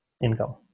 income